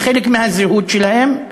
זה חלק מהזהות שלהם.